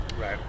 right